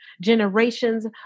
Generations